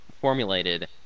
formulated